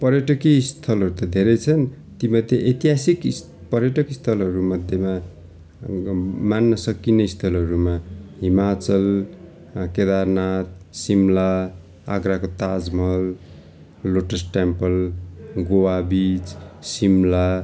पर्यटकीय स्थलहरू त धेरै छन् ती मध्ये ऐतिहासिक यस पर्यटक स्थलहरू मध्येमा मान्न सकिने स्थलहरूमा हिमाचल केदारनाथ सिमला आग्राको Taj Mahal Lotus Temple Goa beach सिमला